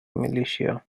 militia